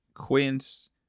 Quince